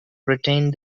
retained